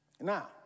Now